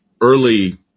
early